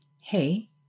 hey